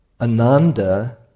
Ananda